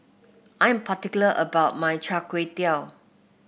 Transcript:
I'm particular about my Chai Tow Kuay